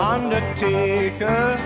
Undertaker